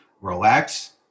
relax